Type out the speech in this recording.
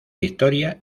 victoria